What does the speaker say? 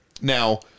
Now